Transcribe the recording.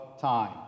time